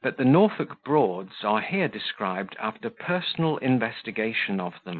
that the norfolk broads are here described after personal investigation of them.